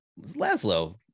Laszlo